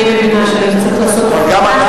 אני מבינה שצריך לעשות הבחנה.